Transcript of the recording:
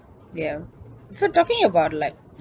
ya so talking about like